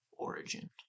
origin